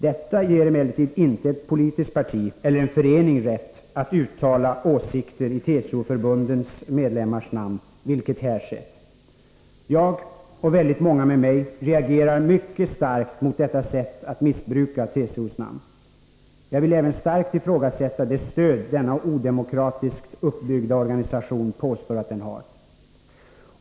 Detta ger emellertid inte ett politiskt parti eller en förening rätt att uttala åsikter i TCO förbundens medlemmars namn, vilket här skett. Jag och väldigt många med mig reagerar mycket starkt mot detta sätt att missbruka TCO:s namn. Jag vill även starkt ifrågasätta det stöd som denna odemokratiskt uppbyggda organisation påstår att den har.